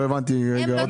לא הבנתי רגע עוד פעם.